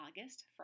August